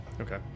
Okay